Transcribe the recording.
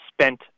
spent